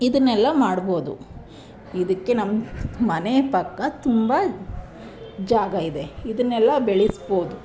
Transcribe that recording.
ಇದನ್ನೆಲ್ಲ ಮಾಡ್ಬೋದು ಇದಕ್ಕೆ ನಮ್ಮ ಮನೆ ಪಕ್ಕ ತುಂಬ ಜಾಗ ಇದೆ ಇದನ್ನೆಲ್ಲ ಬೆಳೆಸ್ಬೋದು